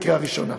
לקריאה ראשונה.